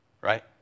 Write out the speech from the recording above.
Right